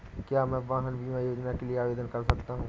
क्या मैं वाहन बीमा योजना के लिए आवेदन कर सकता हूँ?